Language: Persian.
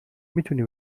میتونی